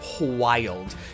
wild